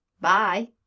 Bye